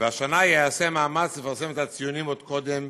והשנה ייעשה מאמץ לפרסם את הציונים עוד קודם